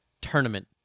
tournament